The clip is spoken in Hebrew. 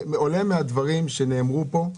עולה מהדברים שנאמרו פה,